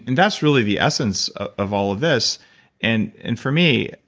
and that's really the essence of all of this and and for me,